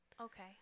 Okay